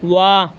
واہ